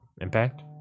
Impact